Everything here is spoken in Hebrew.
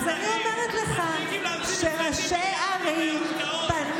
אז אני אומרת לך שראשי ערים פנו